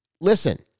listen